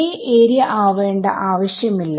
ഒരേ ഏരിയ ആവേണ്ട ആവശ്യം ഇല്ല